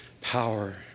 power